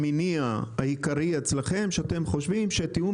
המניע העיקרי אצלכם שאתם חושבים שהתיאום